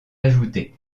ajouté